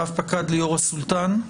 רפ"ק ליאורה סולטן,